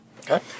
Okay